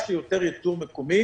כמה שיותר ייצור מקומי.